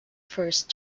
first